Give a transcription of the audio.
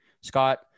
Scott